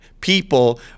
people